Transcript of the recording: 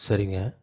சரிங்க